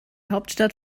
hauptstadt